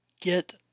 get